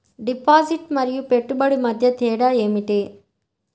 Deposit మరియు పెట్టుబడి మధ్య తేడా ఏమిటి?